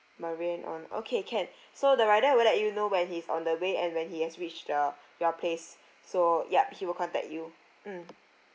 marianne Ong okay can so the rider let you know when he's on the way and when he has reached the your place so yup he will contact you mm